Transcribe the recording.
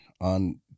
on